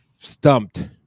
stumped